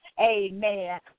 amen